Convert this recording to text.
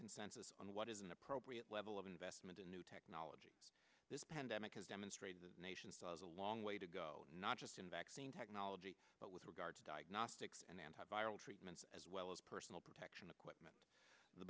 consensus on what is an appropriate level of investment in new technology this pandemic has demonstrated the nation such as a long way to go not just in vaccine technology but with regard to diagnostics and anti viral treatments as well as personal protection of quitman the